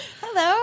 Hello